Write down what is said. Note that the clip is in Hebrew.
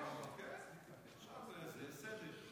יש סדר.